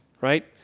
Right